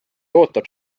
ootab